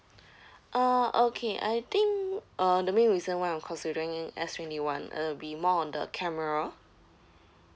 uh okay I think uh the main reason why I'm considering S twenty one uh it'll be more on the camera